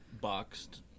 boxed